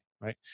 right